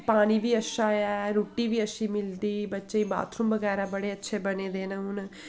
पानी बी अच्छा ऐ रुट्टी बी अच्छी मिलदी बच्चें गी बाथरूम बगैरा बड़े अच्छे बने दे न हून